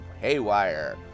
haywire